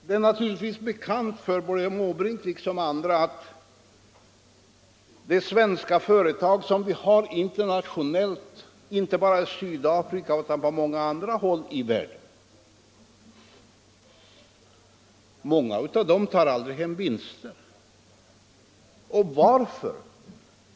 Det är naturligtvis bekant för både herr Måbrink och andra att många av de svenska företag som arbetar internationellt inte bara i Sydafrika utan också på många andra håll i världen aldrig tar hem sina vinster. Och varför?